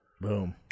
boom